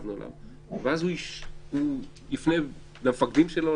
חשבנו עליו ואז הוא יפנה למפקדים שלו,